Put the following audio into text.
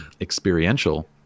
experiential